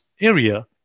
area